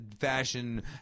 fashion